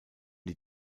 die